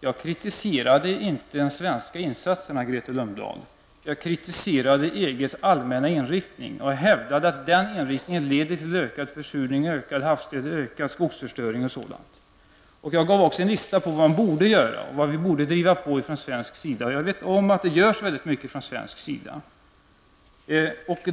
Jag kritiserade inte de svenska insatserna, Grethe Lundblad. Jag kritiserade EGs allmänna inriktning och hävdade att den inriktningen leder till ökad försurning, ökad havsdöd, ökad skogsförstöring m.m. Jag angav också en lista över vad man borde göra, hur vi borde driva på från svensk sida. Jag vet att det görs mycket från svensk sida.